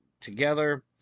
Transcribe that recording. together